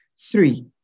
Three